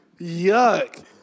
Yuck